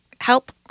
help